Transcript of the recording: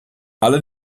alle